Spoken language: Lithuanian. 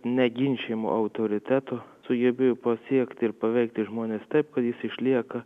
neginčijamu autoritetu sugebėjo pasiekti ir paveikti žmones taip kad jis išlieka